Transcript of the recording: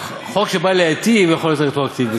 רק חוק שבא להטיב יכול להיות רטרואקטיבי,